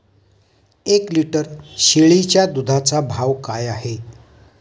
एक लिटर शेळीच्या दुधाचा भाव काय आहे?